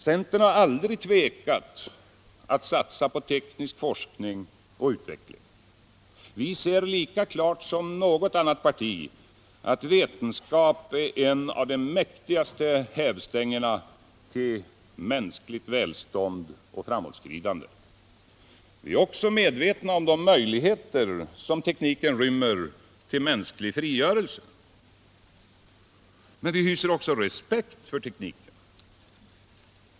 Centern har aldrig tvekat att satsa på teknisk forskning och utveckling. Vi ser lika klart som något annat parti att vetenskap är en av de mäktigaste hävstängerna till mänskligt välstånd och framåtskridande. Vi är också medvetna om de möjligheter till mänsklig frigörelse som tekniken rymmer. Men vi hyser också respekt för tekniken.